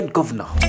Governor